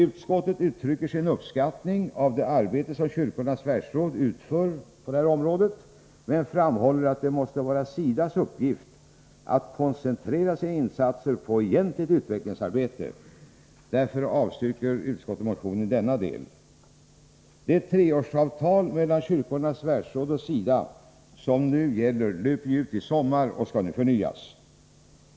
Utskottet uttrycker sin uppskattning av det arbete som Kyrkornas världsråd utför på detta område men framhåller att det måste vara SIDA:s uppgift att koncentrera sina insatser på egentligt utvecklingsarbete. Därför avstyrker utskottet motionen i denna del. Treårsavtalet mellan Kyrkornas världsråd och SIDA löper ut i sommar och skall nu förnyas.